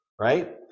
right